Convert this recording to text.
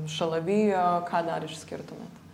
šalavijo ką dar išskirtumėt